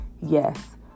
Yes